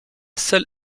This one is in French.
seule